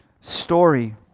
story